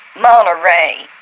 monterey